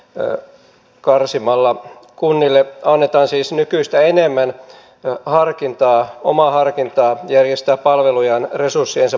no karsimalla kunnille annetaan siis nykyistä enemmän harkintaa junaliikenteessä paikallisliikenteen osalta ajamme alas